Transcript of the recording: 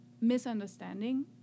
misunderstanding